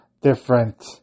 different